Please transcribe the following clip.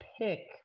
pick